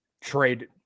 trade